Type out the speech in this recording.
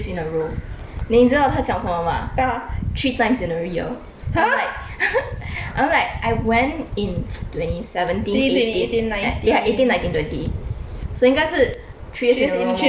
then 你知道他讲什么吗 three times in every year I'm like I'm like I went in twenty seventeen eighteen yeah eighteen nineteen twenty so 应该是 three years in a row mah